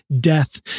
death